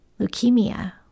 Leukemia